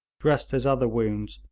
dressed his other wounds,